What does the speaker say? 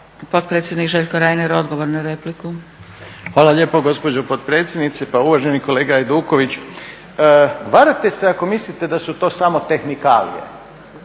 Potpredsjednik Željko Reiner, odgovor na repliku. **Reiner, Željko (HDZ)** Hvala lijepo gospođo potpredsjednice. Pa uvaženi kolega Hajduković, varate se ako mislite da su to samo tehnikalije.